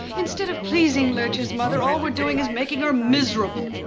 instead of pleasing lurch's mother all we're doing is making her miserable.